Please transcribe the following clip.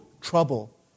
trouble